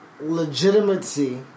legitimacy